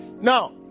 Now